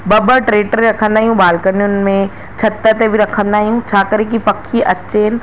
ॿ ॿ टे टे रखंदा आहियूं बालकनियुनि में छिति ते बि रखंदा आहियूं छा करे की पखी अचनि